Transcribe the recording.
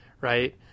right